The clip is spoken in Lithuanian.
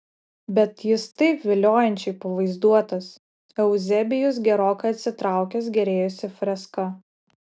bet jis taip viliojančiai pavaizduotas euzebijus gerokai atsitraukęs gėrėjosi freska